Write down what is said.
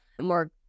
more